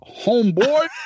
homeboy